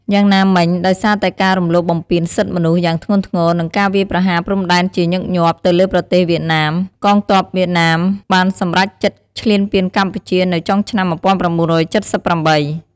យ៉ាងណាមិញដោយសារតែការរំលោភបំពានសិទ្ធិមនុស្សយ៉ាងធ្ងន់ធ្ងរ និងការវាយប្រហារព្រំដែនជាញឹកញាប់ទៅលើប្រទេសវៀតណាម កងទ័ពវៀតណាមបានសម្រេចចិត្តឈ្លានពានកម្ពុជានៅចុងឆ្នាំ១៩៧៨។